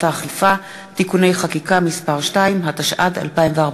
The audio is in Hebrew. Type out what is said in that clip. הישיבה המאה-ושבעים-ושתיים של הכנסת התשע-עשרה יום שלישי,